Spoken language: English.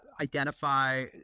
identify